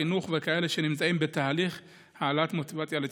חינוך וכאלה שנמצאים בתהליך העלאת מוטיבציה לטיפול,